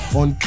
on